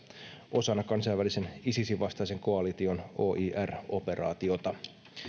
osana kansainvälisen isisin vastaisen koalition oir operaatiota